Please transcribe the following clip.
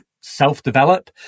self-develop